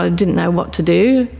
ah didn't know what to do.